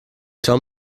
tell